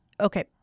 Okay